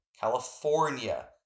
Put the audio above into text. California